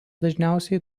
dažniausiai